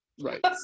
Right